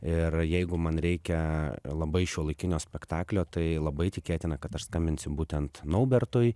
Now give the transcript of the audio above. ir jeigu man reikia labai šiuolaikinio spektaklio tai labai tikėtina kad aš skambinsiu būtent naubertui